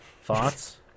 Thoughts